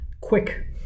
quick